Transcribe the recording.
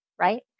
Right